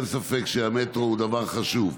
אין ספק שהמטרו הוא דבר חשוב.